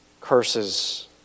curses